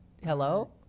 Hello